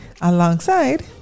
alongside